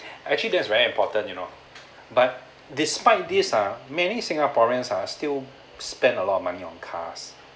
actually that is very important you know but despite this ah many singaporeans are still spend a lot of money on cars